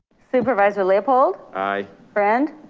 supervisor leopold, aye. friend,